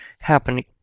happening